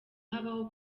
habaho